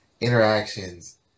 interactions